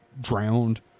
drowned